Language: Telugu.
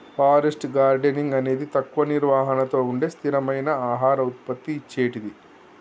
ఫారెస్ట్ గార్డెనింగ్ అనేది తక్కువ నిర్వహణతో ఉండే స్థిరమైన ఆహార ఉత్పత్తి ఇచ్చేటిది